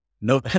no